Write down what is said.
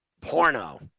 porno